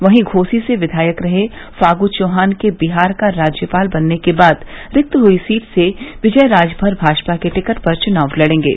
वहीं घोसी से विधायक रहे फागू चौहान के बिहार का राज्यपाल बनने के बाद रिक्त हुई इस सीट से विजय राजभर भाजपा के टिकट पर चुनाव लड़ेंगे